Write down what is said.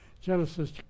Genesis